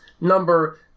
number